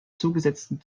zugesetzten